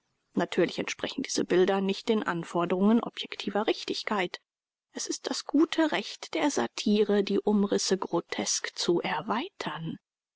natürlich entsprechen diese bilder nicht den anforderungen objektiver richtigkeit es ist das gute recht der satire die umrisse grotesk zu erweitern